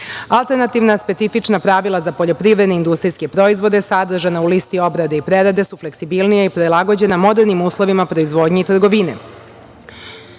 alternativna specifična pravila za poljoprivredne i industrijske proizvode, sadržana u listi obrade i prerade su fleksibilnija i prilagođena modernim uslovima proizvodnje i trgovine.